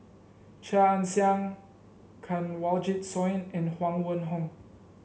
Chia Ann Siang Kanwaljit Soin and Huang Wenhong